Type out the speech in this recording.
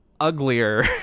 uglier